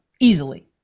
Easily